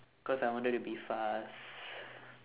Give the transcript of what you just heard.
cause I wanted to be fast